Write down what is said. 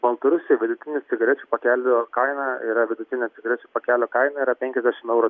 baltarusijoj vidutinis cigarečių pakelio kaina yra vidutinė cigarečių pakelio kaina yra penkiasdešim euro